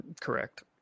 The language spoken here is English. Correct